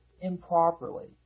improperly